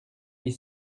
huit